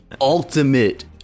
ultimate